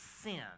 sin